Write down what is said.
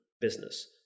business